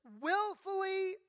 willfully